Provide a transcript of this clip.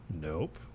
Nope